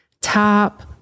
top